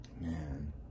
man